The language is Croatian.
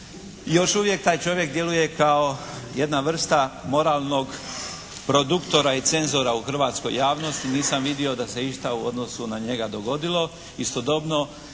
još uvijek taj čovjek djeluje kao jedna vrsta moralnog produktora i cenzora u hrvatskoj javnosti, nisam vidio da se išta u odnosu na njega dogodilo. Istodobno,